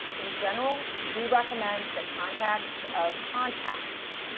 in general, we recommend that contacts of contacts,